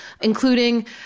Including